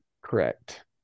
Correct